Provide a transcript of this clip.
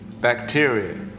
bacteria